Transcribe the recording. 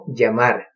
llamar